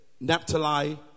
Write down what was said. Naphtali